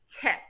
tip